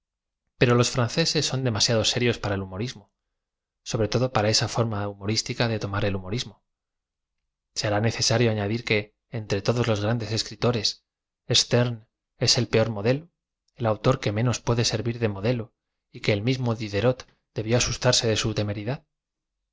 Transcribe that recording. ero los franceses son demasiado serios para el humorismo aobre todo para esa form a humo riscica de tomar el humorismo será necesario añadir que entre todos los grandes escritores sterne es el poor modelo el autor que menos puede servir de mo délo y que el mismo diderot debió asustarse de su temeridad